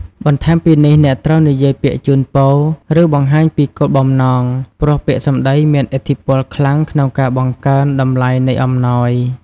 បន្ថែមពីនេះ អ្នកត្រូវនិយាយពាក្យជូនពរ ឬបង្ហាញពីគោលបំណង ព្រោះពាក្យសម្ដីមានឥទ្ធិពលខ្លាំងក្នុងការបង្កើនតម្លៃនៃអំណោយ។